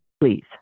please